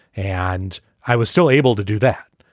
and i was still able to do that.